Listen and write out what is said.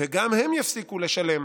וגם הם יפסיקו לשלם